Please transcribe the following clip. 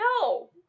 No